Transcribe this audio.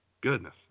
Goodness